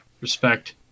Respect